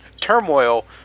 turmoil